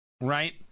right